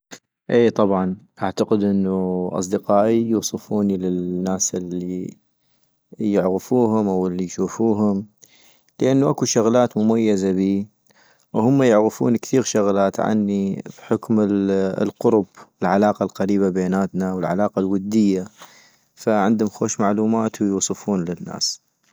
اي طبعا اعتقد انو اصدقائي يوصفوني للناس الي يعغفوهم أو الي يشوفوهم لانو اكو شغلات مميزة بي - وهمه يعغفون كثيغ شغلات عني بحكم القرب ، العلاقة القريبة بيناتنا والعلاقة الودية - فعندم خوش معلومات ويوصفون الناس